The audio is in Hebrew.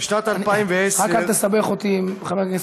לקריאה ראשונה.